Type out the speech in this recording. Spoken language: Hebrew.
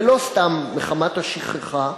ולא סתם מחמת השכחה,